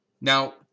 Now